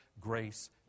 grace